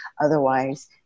otherwise